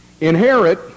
inherit